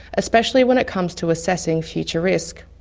especially when it comes to assessing future risk.